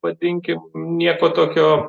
vadinkim nieko tokio